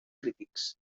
crítics